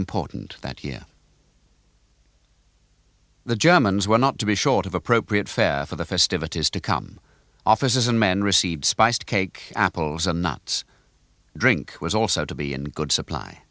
important that year the germans were not to be short of appropriate fare for the festivities to come officers and men received spiced cake apples and not drink was also to be in good supply